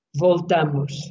voltamos